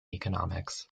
economics